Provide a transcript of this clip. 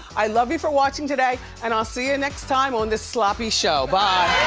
i love you for watching today and i'll see you next time on this sloppy show, bye.